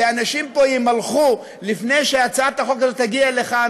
ואנשים פה יימלכו לפני שהצעת החוק הזאת תגיע לכאן,